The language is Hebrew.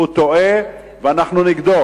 טועה ואנחנו נגדו.